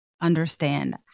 understand